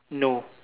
no